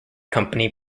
company